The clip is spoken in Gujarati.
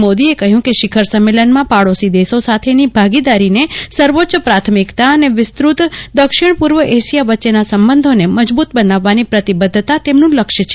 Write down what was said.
શ્રી મોદીએ કહ્યું કે શિખર સંમેલનમાં પાડોશી દેશો સાવેની ભાગીદારીને સર્વોચ્ય પ્રાથમિકતાં અને વિસ્તત દલિપ્ત પૂર્વ એશિયા વચ્ચેના સંબંધોને મજબૂત બનાવવાની પ્રતિબધ્ધતા તેમનું લક્ષ્ય છે